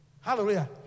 Hallelujah